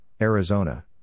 Arizona